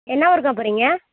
என்னா ஊருக்கா போகறீங்க